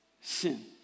sin